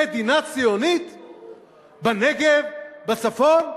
מדינה ציונית בנגב, בצפון,